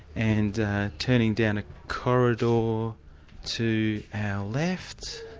and turning down a corridor to our left,